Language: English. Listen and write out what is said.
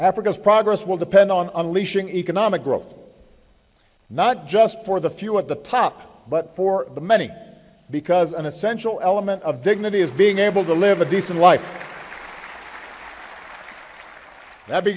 africa's progress will depend on unleashing economic growth not just for the few at the top but for the many because an essential element of dignity is being able to live a decent life that be